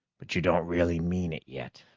but you don't really mean it yet.